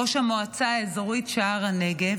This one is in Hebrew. ראש המועצה האזורית שער הנגב,